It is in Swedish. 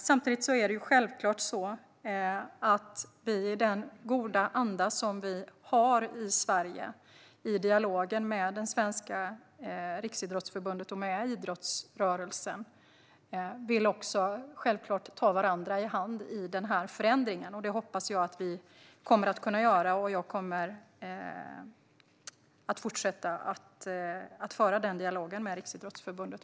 Samtidigt vill Riksidrottsförbundet och idrottsrörelsen självklart att i god anda ta varandra i hand i förändringsarbetet, och jag kommer att fortsätta att föra den dialogen med Riksidrottsförbundet.